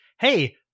Hey